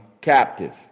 captive